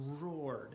roared